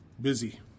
busy